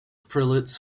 prelates